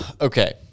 okay